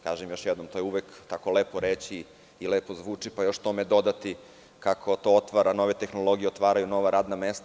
Kažem još jednom, to je uvek tako lepo reći i lepo zvuči, pa još tome dodati kako to otvara nove tehnologije, otvaraju nova radan mesta.